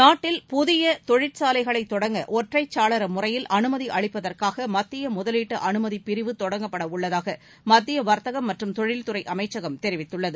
நாட்டில் புதிய தொழிற்சாலைகளைத் தொடங்க ஒற்றைச் சாளர முறையில் அனுமதி அளிப்பதற்காக மத்திய முதலீட்டு அனுமதி பிரிவு தொடங்கப்பட உள்ளதாக மத்திய வர்த்தகம் மற்றும் தொழில் துறை அமைச்சகம் தெரிவித்துள்ளது